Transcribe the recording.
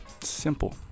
Simple